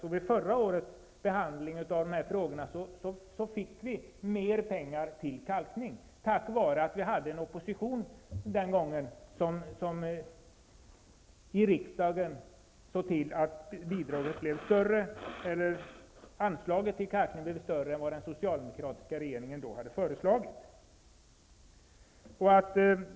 I samband med förra årets behandling av de här frågorna fick vi mer pengar till kalkning tack vare att vi den gången hade en opposition som i riksdagen såg till att anslaget till kalkningen blev större än vad den socialdemokratiska regeringen hade föreslagit.